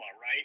right